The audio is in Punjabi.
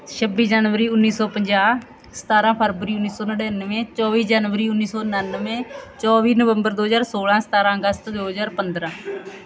ਛੱਬੀ ਜਨਵਰੀ ਉੱਨੀ ਸੌ ਪੰਜਾਹ ਸਤਾਰਾਂ ਫਰਵਰੀ ਉੱਨੀ ਸੌ ਨੜ੍ਹਿੰਨਵੇਂ ਚੌਵੀ ਜਨਵਰੀ ਉੱਨੀ ਸੌ ਉਣਾਨਵੇਂ ਚੌਵੀ ਨਵੰਬਰ ਦੋ ਹਜ਼ਾਰ ਸੌਲਾਂ ਸਤਾਰਾਂ ਅਗਸਤ ਦੋ ਹਜ਼ਾਰ ਪੰਦਰਾਂ